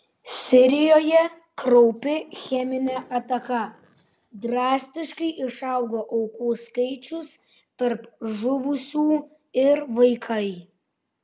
sirijoje kraupi cheminė ataka drastiškai išaugo aukų skaičius tarp žuvusių ir vaikai